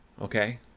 Okay